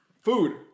Food